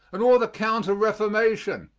and all the counter-reformation.